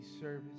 service